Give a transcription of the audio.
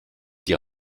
die